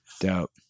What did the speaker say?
Doubt